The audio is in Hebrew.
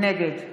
נגד